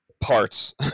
parts